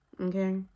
okay